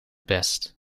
best